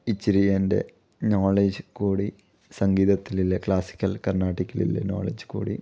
ഇച്ചിരി എൻ്റെ നോളേജ് കൂടി സംഗീതത്തിലുള്ള ക്ലാസ്സിക്കൽ കർണാടിക്കിലുള്ള നോളേജ് കൂടി